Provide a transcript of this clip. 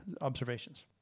observations